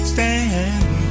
Stand